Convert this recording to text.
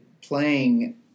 playing